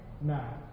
now